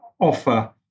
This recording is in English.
offer